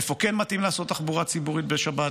איפה כן מתאים לעשות תחבורה ציבורית בשבת,